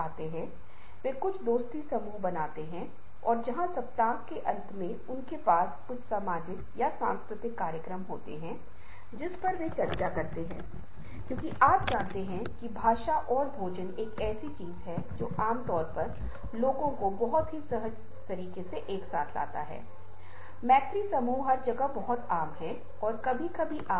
तो आप देखते हैं कि कविता प्रभु की प्रार्थना के बारे में है जहां पंखों का रूपक बहुत महत्वपूर्ण है और कविता को इस तरह से डिजाइन किया गया है कि यह पंखों की तरह दिखता है और वास्तव में इसे अलग तरह से उन्मुख माना जाता है इसे एक अलग तरीके से देखना चाहिए क्योंकि तब यह बहुत पंखों की तरह दिखाई देगा